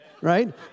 right